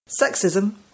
Sexism